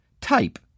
Type